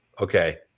okay